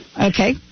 Okay